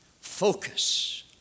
Focus